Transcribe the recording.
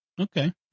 Okay